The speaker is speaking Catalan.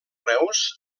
reus